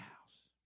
house